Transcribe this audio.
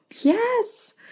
Yes